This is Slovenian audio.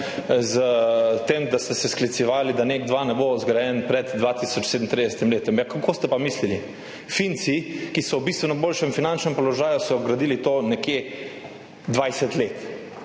s tem, da ste se sklicevali, da NEK2 ne bo zgrajen pred letom 2037. Kako ste pa mislili? Finci, ki so v bistveno boljšem finančnem položaju, so gradili to nekje 20 let.